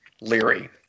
Leary